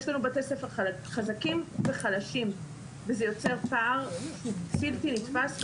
יש לנו בתי ספר חזקים וחלשים וזה יוצר פער בלתי נתפס וכן,